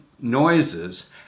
noises